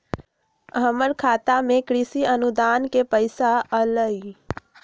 हमर खाता में कृषि अनुदान के पैसा अलई?